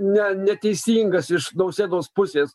ne neteisingas iš nausėdos pusės